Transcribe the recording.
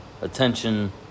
attention